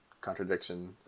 contradiction